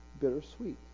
bittersweet